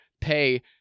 pay